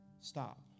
stop